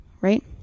right